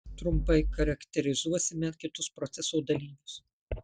trumpai charakterizuosime kitus proceso dalyvius